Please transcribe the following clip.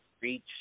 reach